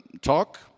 talk